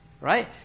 Right